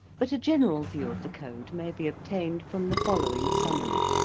but a general view of the code may be obtained from the following summary